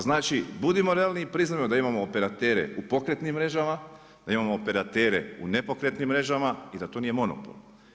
Znači budimo realni i priznajmo da imamo operatere u pokretnim mrežama, da imamo operatere u nepokretnim mrežama i da to nije monopol.